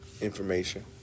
information